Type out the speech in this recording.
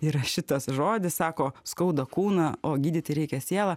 ir šitas žodis sako skauda kūną o gydyti reikia sielą